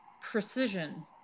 precision